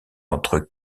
entre